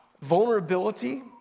vulnerability